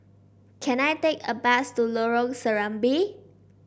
can I take a bus to Lorong Serambi